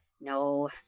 No